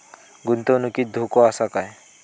गुंतवणुकीत धोको आसा काय?